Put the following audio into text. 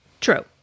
true